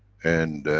and.